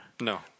no